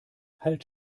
halt